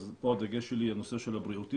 פה הדגש שלי על נושא הבריאות.